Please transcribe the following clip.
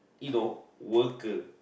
you know worker